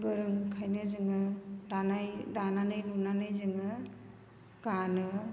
गोरोंखायनो जोङो दानानै लुनानै जोङो गानो